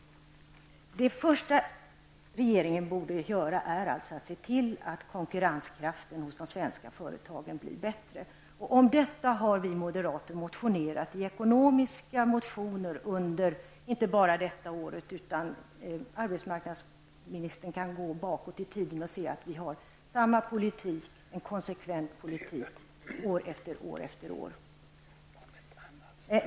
Det första regeringen borde göra är att se till att konkurrenskraften hos de svenska företagen blir bättre. Om detta har vi moderater motionerat i våra ekonomiska motioner inte bara under detta år, utan jag tror att arbetsmarknadsministern kan gå långt tillbaka i tiden och se att vi har fört samma konsekventa politik år efter år.